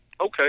okay